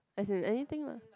as in anything lah